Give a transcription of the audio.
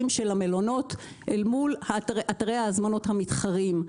המלונות אל מול אתרי ההזמנות המתחרים.